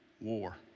war